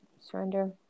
Surrender